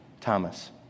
Thomas